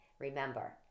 Remember